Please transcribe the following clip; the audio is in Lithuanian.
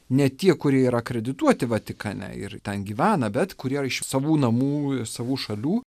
ne tie kurie yra akredituoti vatikane ir ten gyvena bet kurie iš savų namų savų šalių